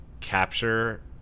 capture